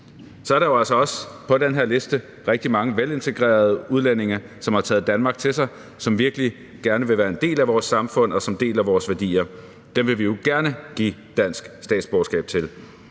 Så er der jo altså også på den her liste rigtig mange velintegrerede udlændinge, som har taget Danmark til sig, som virkelig gerne vil være en del af vores samfund, og som deler vores værdier, og dem vil vi jo gerne give dansk statsborgerskab til.